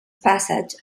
passage